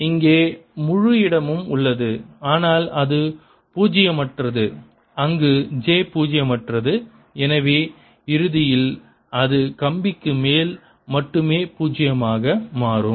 இங்கே முழு இடமும் உள்ளது ஆனால் அது பூஜ்ஜியமற்றது அங்கு j பூஜ்ஜியமற்றது எனவே இறுதியில் அது கம்பிக்கு மேல் மட்டுமே பூஜ்ஜியமாக மாறும்